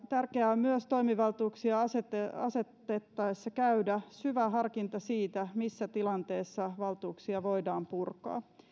tärkeää on myös toimivaltuuksia asetettaessa asetettaessa käydä syvä harkinta siitä missä tilanteessa valtuuksia voidaan purkaa